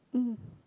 um